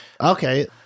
Okay